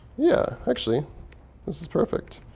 yeah, actually this is perfect.